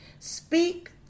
Speak